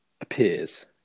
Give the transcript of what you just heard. appears